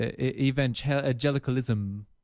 Evangelicalism